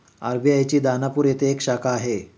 RBI ची दानापूर येथे एक शाखा आहे